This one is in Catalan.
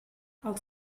els